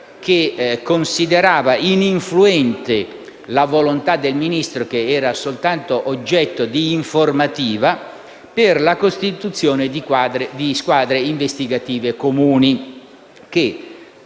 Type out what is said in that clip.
che considerava ininfluente la volontà del Ministro, che era soltanto oggetto di informativa, per la costituzione di squadre investigative comuni